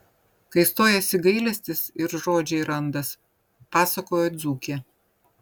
kai stojasi gailestis ir žodžiai randas pasakojo dzūkė